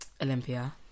Olympia